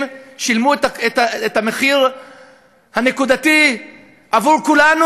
שילמו את המחיר הנקודתי עבור כולנו,